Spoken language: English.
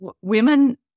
women